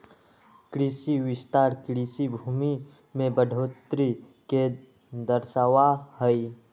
कृषि विस्तार कृषि भूमि में बढ़ोतरी के दर्शावा हई